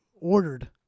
ordered